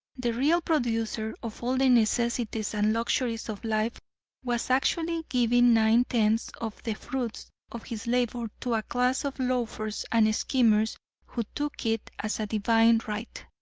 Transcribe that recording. the real producer of all the necessities and luxuries of life was actually giving nine-tenths of the fruits of his labor to a class of loafers and schemers who took it as a divine right,